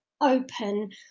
open